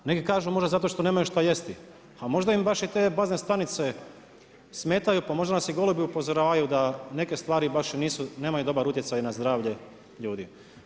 Neki kažu možda zato što nemaju šta jesti, a možda im baš i te bazne stanice smetaju, pa možda nas i golubi upozoravaju da neke stvari baš i nisu, nemaju dobar utjecaj na zdravlje ljudi.